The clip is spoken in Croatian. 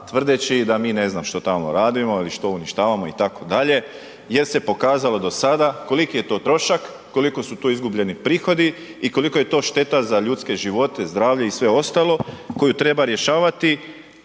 tvrdeći da mi ne znam što tamo radimo i što uništavamo itd., jer se pokazalo do sada koliki je to trošak, koliko su tu izgubljeni prihodi i koliko je to šteta za ljudske živote, zdravlje i sve ostalo koju treba rješavati